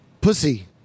pussy